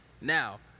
Now—